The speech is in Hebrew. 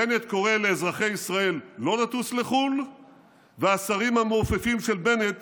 בנט קורא לאזרחי ישראל לא לטוס לחו"ל והשרים המעופפים של בנט